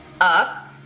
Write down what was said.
up